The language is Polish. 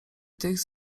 tych